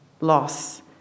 loss